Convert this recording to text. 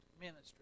ministry